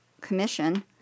commission